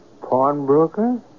pawnbroker